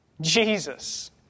Jesus